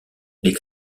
les